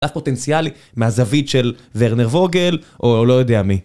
אף פוטנציאלי מהזווית של ורנר ווגל, או לא יודע מי.